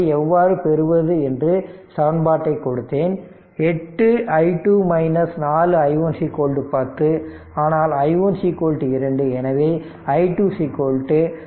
அதை எவ்வாறு பெறுவது என்று சமன்பாட்டைக் கொடுத்தேன் 8 i2 4 i1 10 ஆனால் i1 2 எனவே i2 2